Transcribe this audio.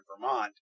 Vermont